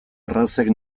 errazek